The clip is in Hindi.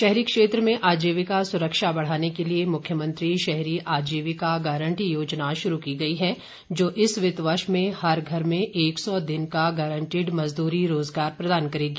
शहरी क्षेत्र में आजीविका सुरक्षा बढ़ाने के लिए मुख्यमंत्री शहरी अजीविका गारंटी योजना शुरू की गई है जो इस वित्त वर्ष में हर घर में एक सौ दिन का गारंटीड मजदूरी रोजगार प्रदान करेगी